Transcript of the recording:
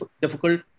difficult